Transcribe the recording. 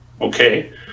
Okay